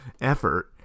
effort